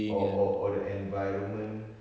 or or or the environment